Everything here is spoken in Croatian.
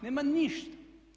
Nema ništa.